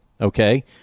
Okay